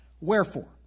wherefore